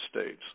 States